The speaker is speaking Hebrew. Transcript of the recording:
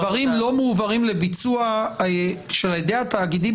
-- דברים לא מועברים לביצוע על ידי התאגידים